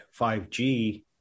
5G